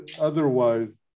otherwise